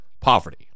poverty